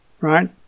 right